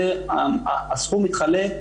הסכום מתחלק,